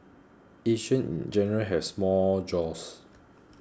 Asians in general has small jaws